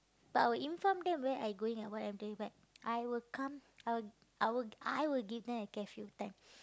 but I will inform them where I going and what I'm doing but I will come I I I will give them a curfew time